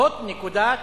זאת נקודת